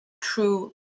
true